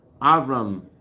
Avram